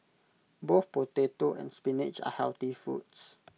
both potato and spinach are healthy foods